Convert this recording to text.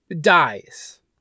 Dies